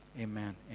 Amen